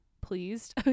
pleased